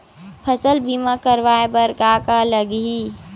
फसल बीमा करवाय बर का का लगही?